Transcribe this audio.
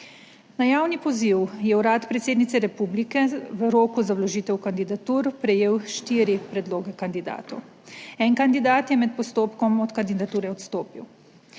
Na javni poziv je Urad predsednice republike v roku za vložitev kandidatur prejel štiri predloge kandidatov. En kandidat je med postopkom od kandidature odstopil.